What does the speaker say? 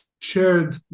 shared